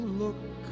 look